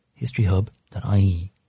historyhub.ie